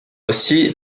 aussi